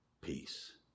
peace